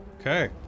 Okay